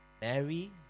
Mary